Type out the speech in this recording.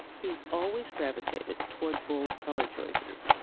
he's always gravitated towards bold color choices.